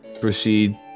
proceed